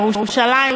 ירושלים,